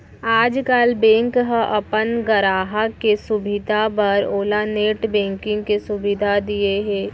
आजकाल बेंक ह अपन गराहक के सुभीता बर ओला नेट बेंकिंग के सुभीता दिये हे